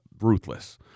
ruthless